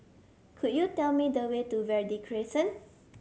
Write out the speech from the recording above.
could you tell me the way to Verde Crescent